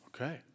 Okay